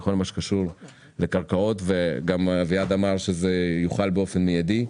בכל מה שקשור לקרקעות וגם אביעד אמר שזה יוחל באופן מיידי.